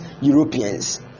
Europeans